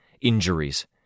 Injuries